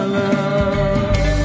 love